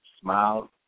smile